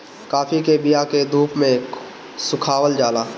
काफी के बिया के धूप में सुखावल जाला